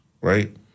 right